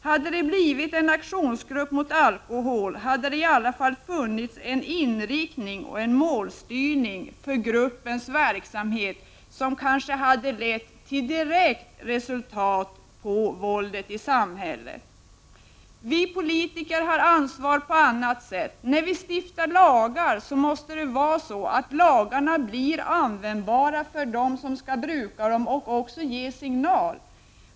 Hade det blivit en aktionsgrupp mot alkohol, hade det i alla fall funnits en inriktning och målstyrning för gruppens verksamhet, som kanske hade lett till direkta resultat när det gäller våldet i samhället. Vi politiker har ansvar på annat sätt. När vi stiftar lagar, måste lagarna bli användbara för den som skall bruka dem och också ge en signal.